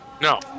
No